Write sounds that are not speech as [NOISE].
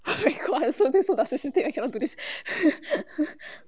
oh my god I so hesitate I cannot do this [LAUGHS]